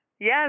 Yes